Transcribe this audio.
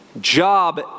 Job